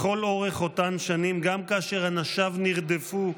לכל אורך אותן שנים, גם כאשר אנשיו נרדפו,